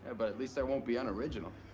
but at least i won't be unoriginal.